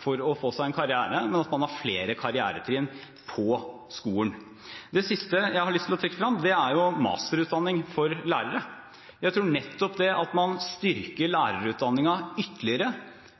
for å få seg en karriere, men at man har flere karrieretrinn på skolen. Det siste jeg har lyst til å trekke frem, er masterutdanning for lærere. Jeg tror nettopp det at man styrker lærerutdanningen ytterligere,